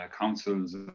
councils